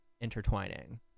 intertwining